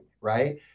right